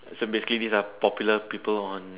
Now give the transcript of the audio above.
so basically these are popular people on